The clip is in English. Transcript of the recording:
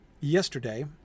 yesterday